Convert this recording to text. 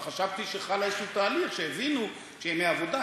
אבל חשבתי שחל איזשהו תהליך שהבינו שימי עבודה,